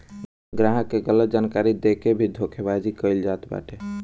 ग्राहक के गलत जानकारी देके के भी धोखाधड़ी कईल जात बाटे